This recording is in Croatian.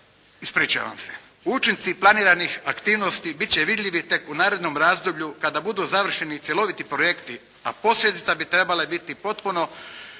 Ispričavam se. Učinci planiranih aktivnosti biti će vidljivi tek u narednom razdoblju, kada budu završeni cjeloviti projekti, a posljedica bi trebale biti potpuno